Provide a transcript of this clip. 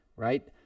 right